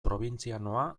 probintzianoa